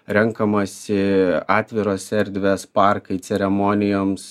renkamasi atviros erdvės parkai ceremonijoms